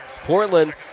Portland